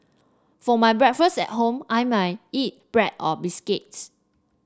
for my breakfast at home I might eat bread or biscuits